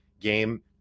game